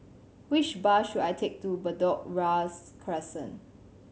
which bus should I take to Bedok Ria's Crescent